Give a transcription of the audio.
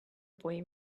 boy